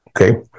Okay